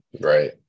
Right